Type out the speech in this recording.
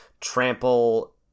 trample